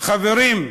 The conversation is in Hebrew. חברים,